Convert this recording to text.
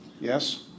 yes